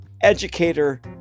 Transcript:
educator